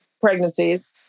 pregnancies